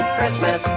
Christmas